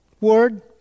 word